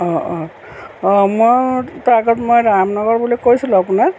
অঁ অঁ অঁ মোৰ আগত মই ৰামনগৰ বুলি কৈছিলোঁ আপোনাক